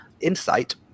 Insight